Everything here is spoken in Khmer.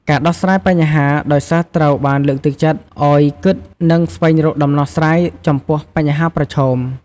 ការរដោះស្រាយបញ្ហា ដោយសិស្សត្រូវបានលើកទឹកចិត្តឱ្យគិត និងស្វែងរកដំណោះស្រាយចំពោះបញ្ហាប្រឈម។